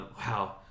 Wow